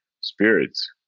spirits